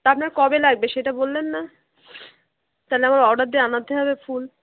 তা আপনার কবে লাগবে সেটা বললেন না তাহলে আমার অর্ডার দিয়ে আনাতে হবে ফুল